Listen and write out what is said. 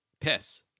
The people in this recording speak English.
piss